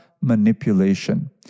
manipulation